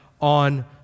on